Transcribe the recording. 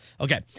Okay